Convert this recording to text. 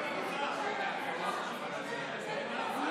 הוועדה, נתקבל.